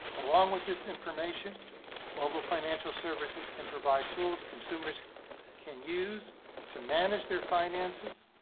along with this information mobile financial services can provide tools consumers can use to manage their finances,